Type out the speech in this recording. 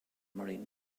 marine